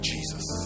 Jesus